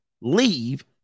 leave